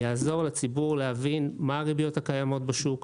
הוא יעזור לציבור להבין מה הריביות הקיימות בשוק,